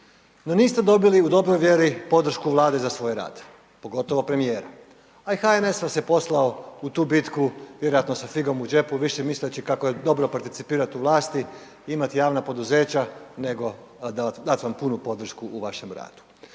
No niste dobili u dobroj vjeri podršku Vlade za svoj rad, pogotovo premijera, a i HNS vas je poslao u tu bitku vjerojatno sa figom u džepu, više misleći kako je dobro participirati u vlasti, imati javna poduzeća nego dat vam punu podršku u vašem radu.